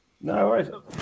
No